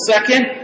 Second